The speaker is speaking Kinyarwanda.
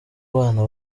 bana